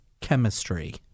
chemistry